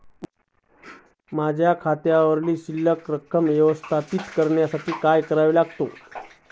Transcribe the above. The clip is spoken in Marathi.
माझ्या खात्यावर शिल्लक रक्कम व्यवस्थापित करण्यासाठी काय करावे लागेल?